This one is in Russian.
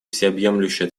всеобъемлющая